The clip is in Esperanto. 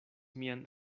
mian